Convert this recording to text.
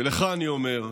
ולך אני אומר,